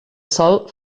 sol